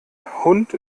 hund